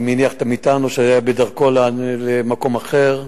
אם הניח את המטען או שהיה בדרכו למקום אחר.